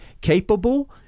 capable